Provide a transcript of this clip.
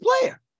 player